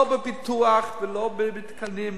לא בביטוח ולא במתקנים,